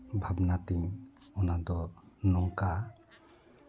ᱵᱷᱟᱵᱽᱱᱟ ᱛᱤᱧ ᱚᱱᱟ ᱫᱚ ᱱᱚᱝᱠᱟ